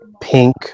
pink